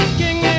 king